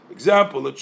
Example